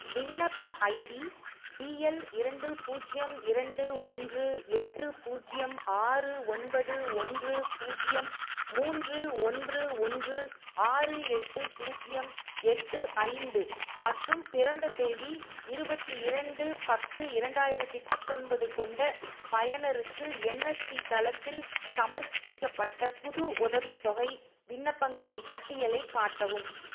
விண்ணப்ப ID D L இரண்டு பூஜ்ஜியம் இரண்டு ஒன்று எட்டு பூஜ்ஜியம் ஆறு ஒன்பது ஒன்று பூஜ்ஜியம் மூன்று ஒன்று ஒன்று ஆறு எட்டு பூஜ்ஜியம் எட்டு ஐந்து மற்றும் பிறந்த தேதி இருபத்தி இரண்டு பத்து இரண்டாயிரத்தி பத்தொன்பது கொண்ட பயனருக்கு என்எஸ்பி தளத்தில் சமர்ப்பிக்கப்பட்ட புது உதவித்தொகை விண்ணப்பங்களின் பட்டியலைக் காட்டவும்